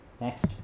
Next